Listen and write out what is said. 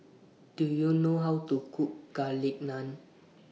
Do YOU know How to Cook Garlic Naan